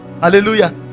Hallelujah